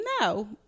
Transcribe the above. No